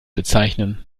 bezeichnen